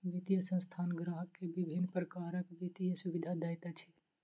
वित्तीय संस्थान ग्राहक के विभिन्न प्रकारक वित्तीय सुविधा दैत अछि